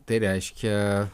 tai reiškia